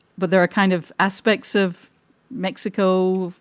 but there are kind of aspects of mexico.